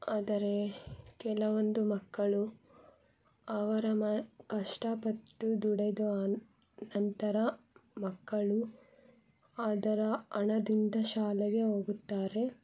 ಆದರೆ ಕೆಲವೊಂದು ಮಕ್ಕಳು ಅವರ ಮ ಕಷ್ಟಪಟ್ಟು ದುಡಿದು ಆ ನಂತರ ಮಕ್ಕಳು ಅದರ ಹಣದಿಂದ ಶಾಲೆಗೆ ಹೋಗುತ್ತಾರೆ